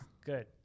Good